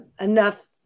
enough